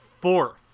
Fourth